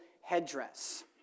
headdress